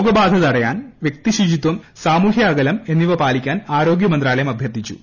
രോഗബാധ തടയാൻ വൃക്തി ശുചിത്രൂർ സാമൂഹ്യ അകലം എന്നിവ പാലിക്കാൻ ആരോഗ്യമ്പ്ത്ത്യാല്യം അഭ്യർത്ഥിച്ചു